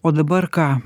o dabar ką